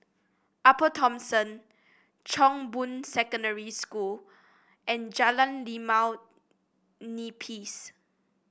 Upper Thomson Chong Boon Secondary School and Jalan Limau Nipis